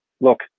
look